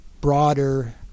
broader